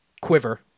quiver